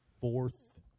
fourth